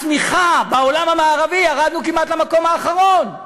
הצמיחה בעולם המערבי, ירדנו כמעט למקום האחרון.